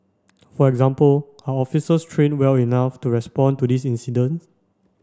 for example are officers trained well enough to respond to these incident